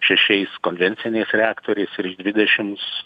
šešiais konvenciniais reaktoriais ir dvidešimts